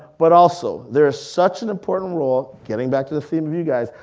but also there is such an important role, getting back to the theme of you guys,